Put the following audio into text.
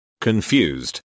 Confused